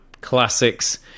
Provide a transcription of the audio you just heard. classics